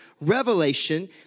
revelation